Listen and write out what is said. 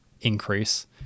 increase